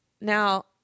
Now